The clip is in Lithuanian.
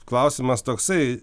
klausimas toksai